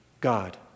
God